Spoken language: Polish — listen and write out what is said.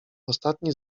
ostatni